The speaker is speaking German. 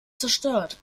zerstört